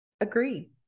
Agreed